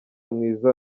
mwiza